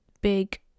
big